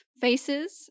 faces